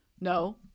No